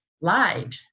lied